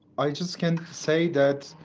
i just can say that